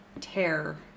tear